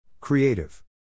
Creative